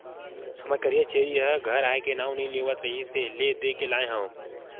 हमर करिया छेरी ह घर आए के नांव नइ लेवत रिहिस हे ले देके लाय हँव